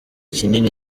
kinini